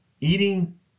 Eating